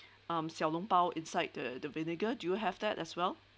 um xiao long bao inside the the vinegar do you have that as well